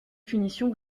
punitions